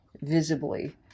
visibly